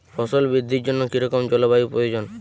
ফসল বৃদ্ধির জন্য কী রকম জলবায়ু প্রয়োজন?